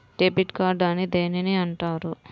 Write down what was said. Debit card అని దేనిని అంటారు?